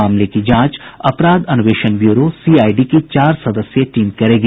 मामले की जांच अपराध अन्वेषण ब्यूरो सीआईडी की चार सदस्यीय टीम करेगी